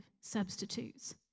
substitutes